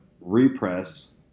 repress